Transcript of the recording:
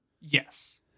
Yes